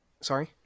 Sorry